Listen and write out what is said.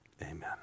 Amen